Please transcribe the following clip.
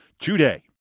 today